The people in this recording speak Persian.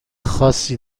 خاصی